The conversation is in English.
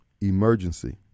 emergency